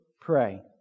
Pray